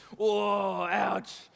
ouch